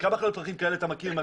כמה חנויות פרחים כאלה אתה מכיר?